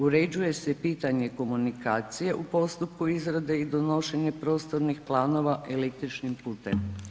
Uređuje se i pitanje komunikacije u postupku izrade i donošenja prostornih planova električnim putem.